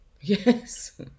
Yes